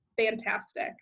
fantastic